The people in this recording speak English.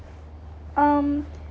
um